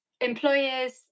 employers